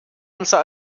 unser